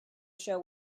show